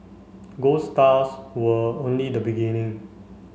gold stars were only the beginning